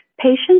Patients